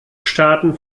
staaten